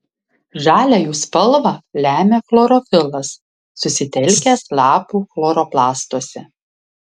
žalią jų spalvą lemia chlorofilas susitelkęs lapų chloroplastuose